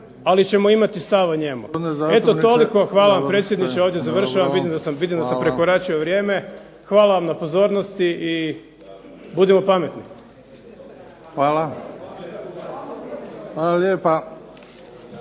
ali ćemo imati stav o njemu. Eto, toliko. Hvala predsjedniče, ovdje završavam. Vidim da sam prekoračio vrijme. Hvala vam na pozornosti i budimo pametni. **Bebić, Luka